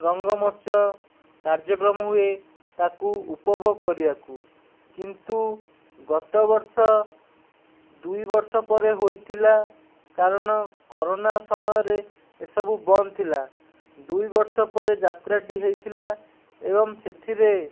ରଙ୍ଗମଞ୍ଚ କାର୍ଯ୍ୟକ୍ରମ ହୁଏ ତାକୁ ଉପଭୋଗ କରିବାକୁ କିନ୍ତୁ ଗତ ବର୍ଷ ଦୁଇ ବର୍ଷ ପରେ ହୋଇଥିଲା କାରଣ କରୋନା ସମୟରେ ଏସବୁ ବନ୍ଦ ଥିଲା ଦୁଇ ବର୍ଷ ପରେ ଯାତ୍ରାଟି ହୋଇଥିଲା ଏବଂ ସେଥିରେ